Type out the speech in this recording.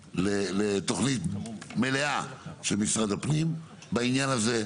לתוכנית מלאה של משרד הפנים בעניין הזה,